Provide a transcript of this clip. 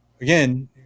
again